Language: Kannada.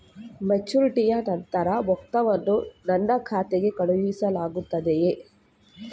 ಮೆಚುರಿಟಿಯ ನಂತರ ಮೊತ್ತವನ್ನು ನನ್ನ ಖಾತೆಗೆ ಕಳುಹಿಸಲಾಗುತ್ತದೆಯೇ?